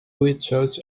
without